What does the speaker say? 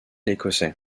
écossais